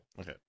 Okay